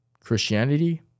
Christianity